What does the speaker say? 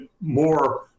more